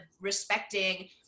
respecting